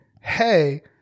hey